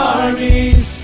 armies